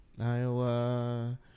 Iowa